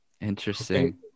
Interesting